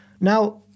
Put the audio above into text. Now